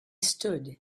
stood